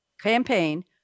campaign